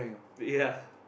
ya